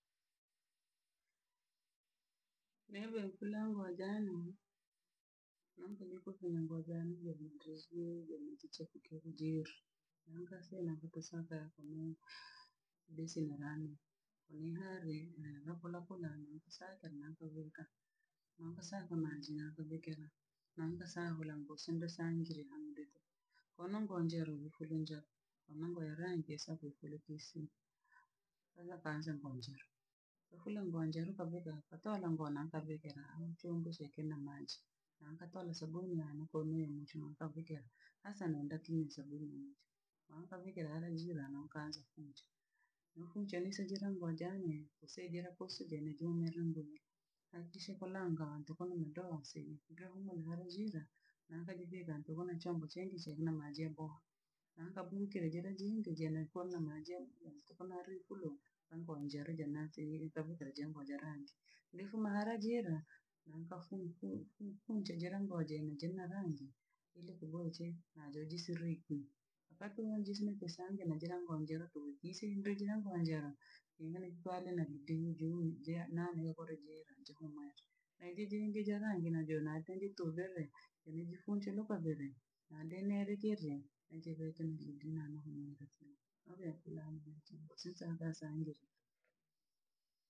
Neve nkura nguojano, ango nekopi nguo jano jamontre si, jamachiche kukere jiri. Mankase na katasanka ya kamuru. Bisimirani, wi hare na naporapo rane sake nakavoroka mokosaka maji nakovekera. nankasahora ngoso nda sangire hamde. Kono ngonjero horinjao. Homango ya range esakokuru kisimu. Era kanze mbonjiru, ohule ngonjeru kabuka atore ngona kabhekera chombo shekena maji, na nkatore sabuni yane komnenecho makavugera. Asa nanda tii sabuni ninje. Mwakavikera arajira na okaanza kuja. Nohunje nise njira ngojani usaidra kuhusu jenejo ng'wira mburi. Akikisha koranga wa ntoko na mdo sebhi, ndro humo nhoro jira nakajideda ndoho na chombo chenge chere na maje boha, na kabukere jere jindu jene kona maajabu ya ntoko narikuro, ambo anjereja na chenyeri tabukera jengo ajarangi. Nifuma harajira munkafufu fufu chejera ngoo jenye jene rangi ili kubweche najojisiripu. Ivakuvenje izi nakusangeneje hangonjero tuhu kisindri ji na ngonjera imani kware na vidimu juu jea na morekorejea ojiku mwejo. Naijijingeja nange navyo naitange tuvere nimejifuncho nukavere nadenerekeze. Obhe kura nyama choma siseka sa nyerere.